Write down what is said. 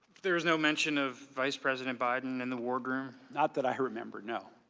there was no mention of vice president biden in the ward room. not that i remember, no.